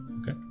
okay